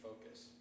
focus